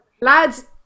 lads